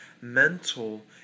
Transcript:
mental